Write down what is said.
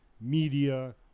media